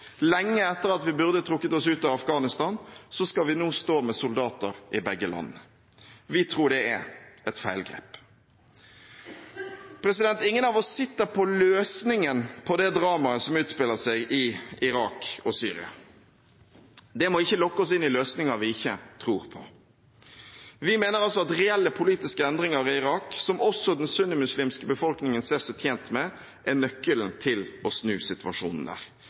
lenge etter at vi burde ha trukket oss ut av Afghanistan, skal vi nå stå med soldater i begge landene. Vi tror det er et feilgrep. Ingen av oss sitter på løsningen på det dramaet som utspiller seg i Irak og i Syria. Det må ikke lokke oss inn i løsninger vi ikke tror på. Vi mener at reelle politiske endringer i Irak, som også den sunnimuslimske befolkningen ser seg tjent med, er nøkkelen til å snu situasjonen der.